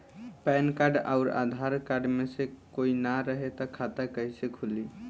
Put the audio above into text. Pan card आउर Aadhaar card मे से कोई ना रहे त खाता कैसे खुली?